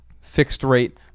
fixed-rate